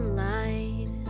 light